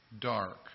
dark